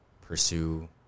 pursue